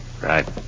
Right